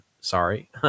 sorry